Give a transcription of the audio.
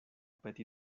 peti